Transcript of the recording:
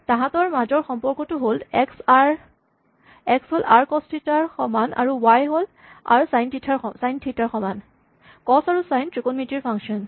তাহাঁতৰ মাজৰ সম্পৰ্কটো হ'ল এক্স আৰ কছ থিতা ৰ সমান আৰু ৱাই আৰ ছাইন থিতা ৰ সমান কছ আৰু ছাইন ত্ৰিকোণমিতিৰ ফাংচন